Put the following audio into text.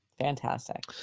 fantastic